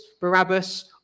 Barabbas